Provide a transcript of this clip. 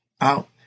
out